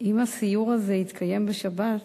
אם הסיור הזה יתקיים בשבת,